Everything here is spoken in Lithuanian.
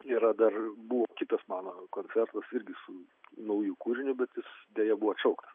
yra dar buvo kitas mano koncertas irgi su nauju kūriniu bet jis deja buvo atšauktas